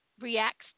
reacts